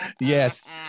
yes